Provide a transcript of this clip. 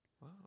Wow